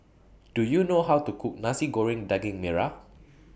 Do YOU know How to Cook Nasi Goreng Daging Merah